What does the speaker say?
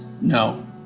No